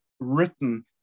written